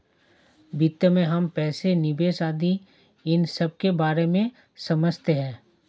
वित्त में हम पैसे, निवेश आदि इन सबके बारे में समझते हैं